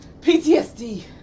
PTSD